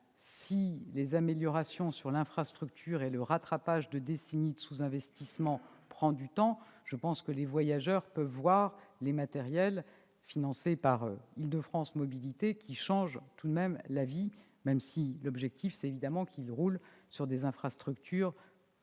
si les améliorations de l'infrastructure et le rattrapage de décennies de sous-investissement prennent du temps, les voyageurs peuvent heureusement voir les matériels financés par Île-de-France Mobilités, qui changent tout de même la vie, même si l'objectif est évidemment qu'ils roulent sur des infrastructures robustes